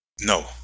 no